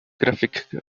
graphic